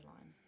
line